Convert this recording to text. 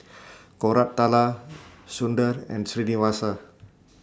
Koratala Sundar and Srinivasa